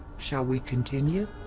shall we continue?